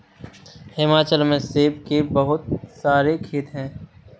हिमाचल में सेब के बहुत सारे खेत हैं